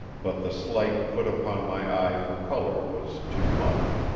but the slight put upon my eye for color was too much.